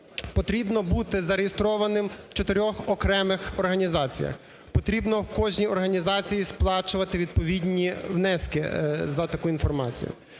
потрібно бути зареєстрованим в чотирьох окремих організаціях, потрібно кожній організації сплачувати відповідні внески за таку інформацію.